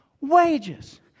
wages